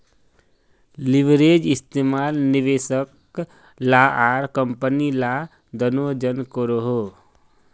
leverage इस्तेमाल निवेशक ला आर कम्पनी ला दनोह जन करोहो